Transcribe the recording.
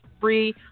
free